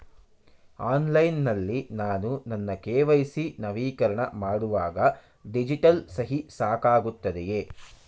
Online ನಲ್ಲಿ ನಾನು ನನ್ನ ಕೆ.ವೈ.ಸಿ ನವೀಕರಣ ಮಾಡುವಾಗ ಡಿಜಿಟಲ್ ಸಹಿ ಸಾಕಾಗುತ್ತದೆಯೇ?